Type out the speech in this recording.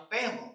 family